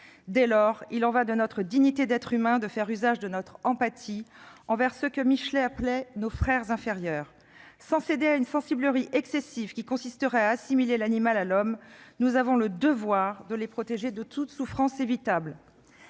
Dès lors, il y va de notre dignité d'être humain que de faire usage de notre empathie envers ceux que Jules Michelet appelait « nos frères inférieurs »: sans céder à une sensiblerie excessive qui consisterait à assimiler l'animal à l'homme, nous avons le devoir de les protéger de toute de souffrance évitable.